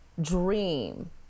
dream